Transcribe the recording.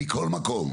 מכל מקום.